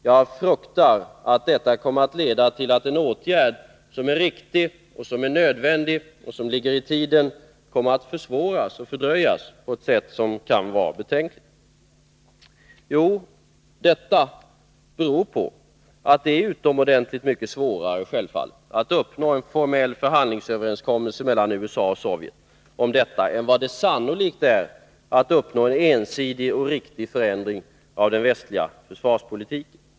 Jag fruktar att detta kommer att leda till att en åtgärd som är riktig och nödvändig och som ligger i tiden kommer att försvåras och fördröjas på ett sätt som kan vara betänkligt. Detta beror på att det självfallet är utomordentligt mycket svårare att uppnå en formell överenskommelse mellan USA och Sovjetunionen om detta än det sannolikt är att uppnå en ensidig och riktig förändring av den västliga försvarspolitiken.